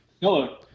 Hello